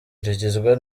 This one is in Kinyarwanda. rigizwe